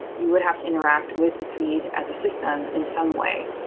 you would have to interact with the feed as a system in some way.